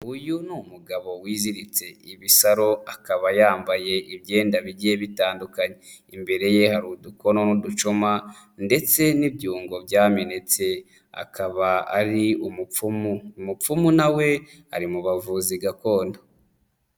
Uyu ni umugabo wiziritse ibisaro, akaba yambaye imyenda bigiye bitandukanye, imbere ye hari udukono n'uducuma ndetse n'ibyungo byamenetse, akaba ari umupfumu, umupfumu nawe ari mu bavuzi gakondo.